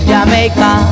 Jamaica